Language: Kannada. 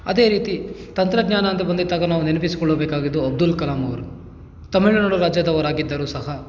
ಅದೇ ರೀತಿ ತಂತ್ರಜ್ಞಾನ ಅಂತ ಬಂದಿತ್ತಾಗ ನಾವು ನೆನೆಸಿಕೊಳ್ಳಬೇಕಾಗಿದ್ದು ಅಬ್ದುಲ್ ಕಲಾಮ್ ಅವರು ತಮಿಳುನಾಡು ರಾಜ್ಯದವರಾಗಿದ್ದರೂ ಸಹ